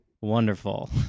Wonderful